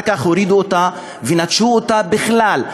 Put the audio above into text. אחר כך הורידו אותה ונטשו אותה בכלל.